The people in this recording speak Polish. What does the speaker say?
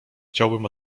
chciałbym